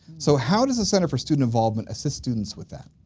so, how does the center for student involvement assist students with that?